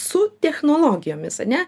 su technologijomis ane